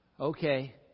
Okay